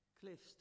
cliffs